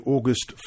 August